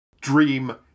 Dream